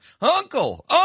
Uncle